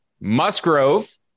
Musgrove